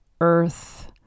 earth